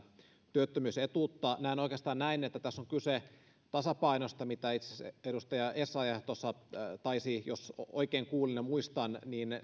työttömyysetuutta näen oikeastaan näin että tässä on kyse tasapainosta mitä itse asiassa edustaja essayah tuossa taisi jos oikein kuulin ja muistan